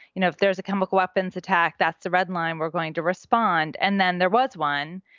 you know if there's a chemical weapons attack, that's a red line. we're going to respond. and then there was one.